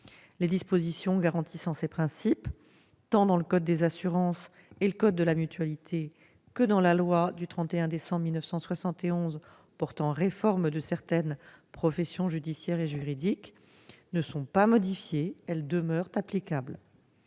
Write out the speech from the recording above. les dispositions garantissant ces principes, tant dans le code des assurances et le code de la mutualité que dans la loi du 31 décembre 1971 portant réforme de certaines professions judiciaires et juridiques, ne sont pas modifiées et demeurent applicables.